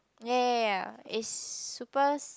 ya it's super